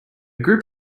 group